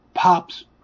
Pops